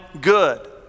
good